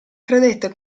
credette